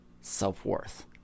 self-worth